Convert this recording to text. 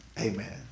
Amen